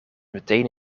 meteen